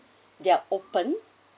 they are open